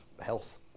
health